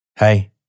Hey